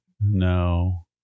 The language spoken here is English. No